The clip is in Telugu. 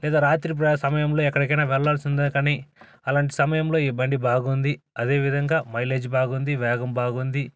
లేదా రాత్రి సమయంలో ఎక్కడికైనా వెళ్ళాల్సింది కానీ అలాంటి సమయంలో ఈ బండి బాగుంది అదేవిధంగా మైలేజ్ బాగుంది వేగం బాగుంది